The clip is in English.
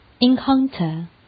Encounter